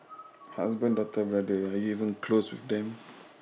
husband daughter brother are you even close with them